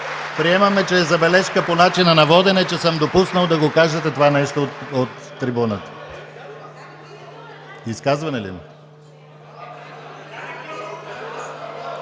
Приемаме, че е забележка по начина на водене, че съм допуснал да го кажете това нещо от трибуната. Заповядайте